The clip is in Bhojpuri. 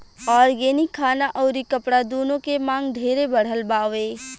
ऑर्गेनिक खाना अउरी कपड़ा दूनो के मांग ढेरे बढ़ल बावे